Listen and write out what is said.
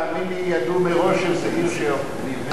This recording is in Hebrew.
תאמין לי, ידעו מראש שזה עיר שנבנית לחרדים.